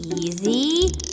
easy